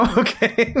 okay